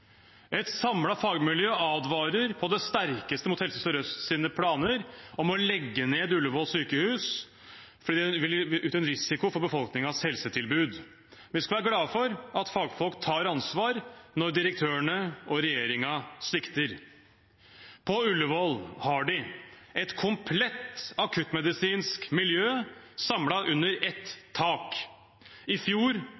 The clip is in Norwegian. Et samlet fagmiljø advarer på det sterkeste mot Helse Sør-Øst sine planer om å legge ned Ullevål sykehus, fordi det vil utgjøre en risiko for befolkningens helsetilbud. Vi skal være glade for at fagfolk tar ansvar når direktørene og regjeringen svikter. På Ullevål har de et komplett akuttmedisinsk miljø samlet under